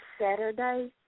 Saturday